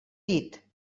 dit